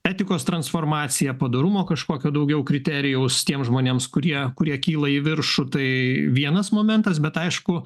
etikos transformacija padorumo kažkokio daugiau kriterijaus tiem žmonėms kurie kurie kyla į viršų tai vienas momentas bet aišku